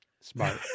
smart